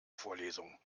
vorlesung